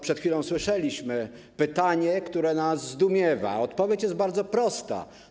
Przed chwilą usłyszeliśmy pytanie, które nas zdumiewa, a odpowiedź jest bardzo prosta.